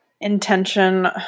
intention